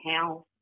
house